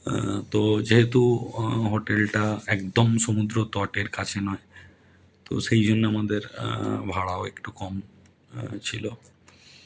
তো যেহেতু হোটেলটা একদম সমুদ্রতটের কাছে নয় তো সেই জন্যে আমাদের ভাড়াও একটু কম ছিলো